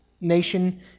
nation